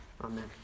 Amen